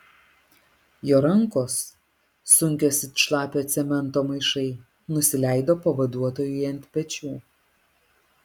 jo rankos sunkios it šlapio cemento maišai nusileido pavaduotojui ant pečių